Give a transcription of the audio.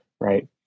right